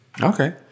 Okay